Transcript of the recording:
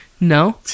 No